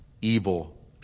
evil